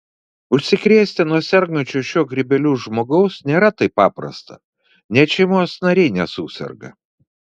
užsikrėsti nuo sergančio šiuo grybeliu žmogaus nėra taip paprasta net šeimos nariai nesuserga